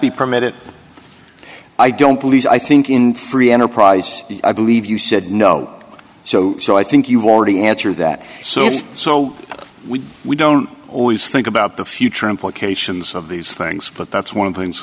be permitted i don't believe i think in free enterprise i believe you said no so so i think you've already answered that so if so we we don't always think about the future implications of these things but that's one of the things